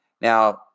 Now